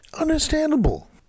Understandable